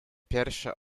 pierwsze